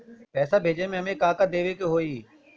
पैसा भेजे में हमे का का देवे के होई?